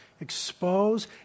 expose